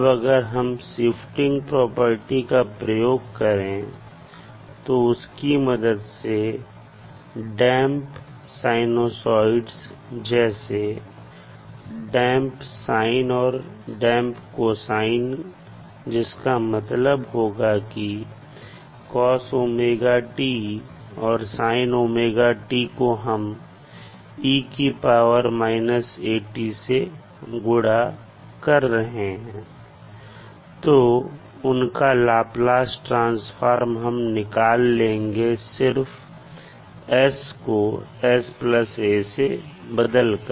अब अगर हम शिफ्टिंग प्रॉपर्टी का प्रयोग करें और उसकी मदद से डैंप sinusoids जैसे डैंप साइन और डैंप कोसाइन जिसका मतलब होगा कि और को हम से गुड़ा कर रहे हैं तो उनका लाप्लास ट्रांसफॉर्म हम निकाल लेंगे सिर्फ s को sa से बदलकर